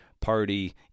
party